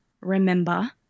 remember